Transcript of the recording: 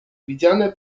widziane